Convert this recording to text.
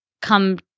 come